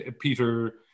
Peter